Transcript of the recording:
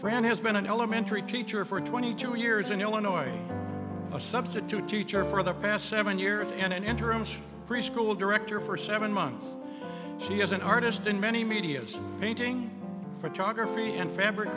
fran has been an elementary teacher for twenty two years in illinois a substitute teacher for the past seven years and an interim preschool director for seven months she is an artist in many medias paintings photography and fabric